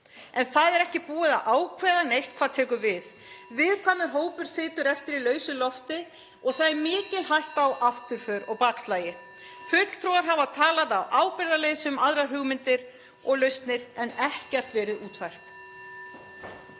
en það er ekki búið að ákveða neitt hvað tekur við. (Forseti hringir.) Viðkvæmur hópur situr eftir í lausu lofti og það er mikil hætta á afturför og bakslagi. Fulltrúar hafa talað af ábyrgðarleysi um aðrar hugmyndir og lausnir en ekkert hefur verið útfært.